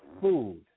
food